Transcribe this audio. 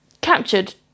captured